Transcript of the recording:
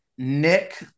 nick